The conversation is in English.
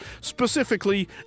specifically